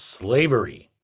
slavery